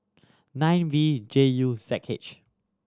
nine V J U Z H